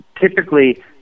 Typically